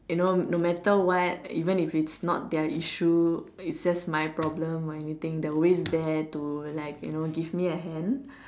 you know no matter what even if it's not their issue is just my problem or anything they are always there to like you know give me a hand